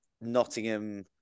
Nottingham